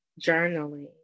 journaling